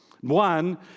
One